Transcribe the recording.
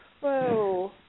Whoa